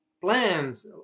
plans